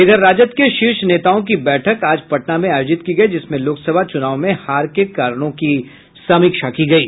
इधर राजद के शीर्ष नेताओं की बैठक आज पटना में आयोजित की गयी जिसमें लोकसभा चुनाव में हार के कारणों की समीक्षा की गयी